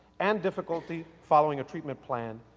and difficulty following a treatment plan,